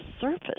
surface